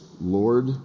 Lord